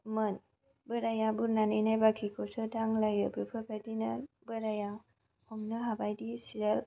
मोन बोरायआ गुरनानै नायोबा खिखौसो दांलायो बेफोरबायदिनो बोरायआ हमनो हाबायदि सियाल